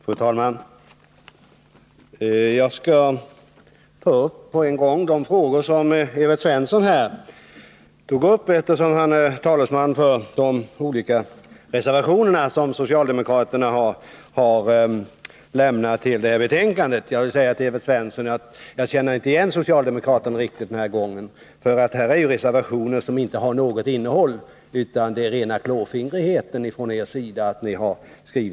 Fru talman! Jag skall på en gång ta upp de frågor som Evert Svensson ställde, eftersom han är talesman för de olika reservationer som socialdemokraterna har lämnat till detta betänkande. Jag vill säga till Evert Svensson att jag inte riktigt känner igen socialdemokraterna den här gången. Här är ju reservationer som inte har något innehåll, utan det är fråga om rena klåfingrigheten från er sida.